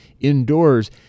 indoors